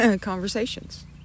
conversations